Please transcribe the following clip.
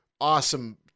awesome